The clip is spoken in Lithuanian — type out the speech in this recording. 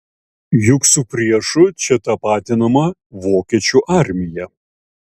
juk su priešu čia tapatinama vokiečių armija